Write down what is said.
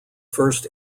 first